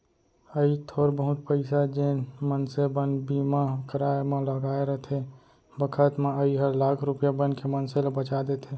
अइ थोर बहुत पइसा जेन मनसे मन बीमा कराय म लगाय रथें बखत म अइ हर लाख रूपया बनके मनसे ल बचा देथे